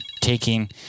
taking